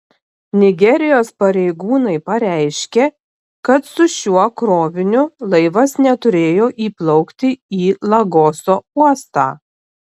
nigerijos pareigūnai pareiškė kad su šiuo kroviniu laivas neturėjo įplaukti į lagoso uostą